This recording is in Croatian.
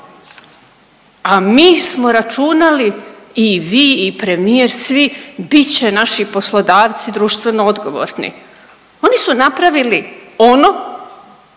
a mi smo računali i vi i premijer svi bit će naši poslodavci društveno odgovorni. Oni su napravili ono